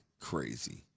crazy